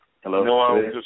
Hello